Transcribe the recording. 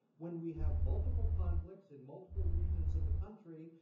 when we have multiple conflicts in multiple regions of the country,